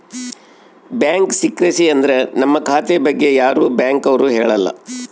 bank secrecy ಅಂದ್ರ ನಮ್ ಖಾತೆ ಬಗ್ಗೆ ಯಾರಿಗೂ ಬ್ಯಾಂಕ್ ಅವ್ರು ಹೇಳಲ್ಲ